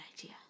idea